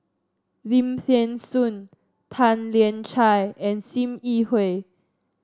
Lim Thean Soo Tan Lian Chye and Sim Yi Hui